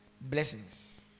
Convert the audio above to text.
blessings